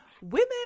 women